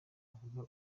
avuga